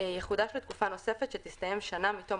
"יחודש לתקופה נוספת שתסתיים שנה מתום